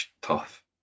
tough